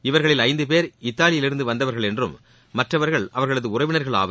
இவர்களில் ஐந்து பேர் இத்தாலியிலிருந்து வந்தவர்கள் என்றும் மற்றவர்கள் அவர்களது உறவினர்கள் ஆவர்